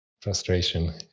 frustration